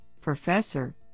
professor